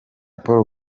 paul